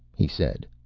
he said.